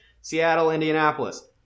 Seattle-Indianapolis